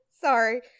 Sorry